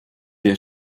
der